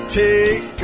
take